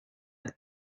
and